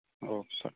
औ सार